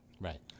Right